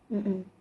mm mm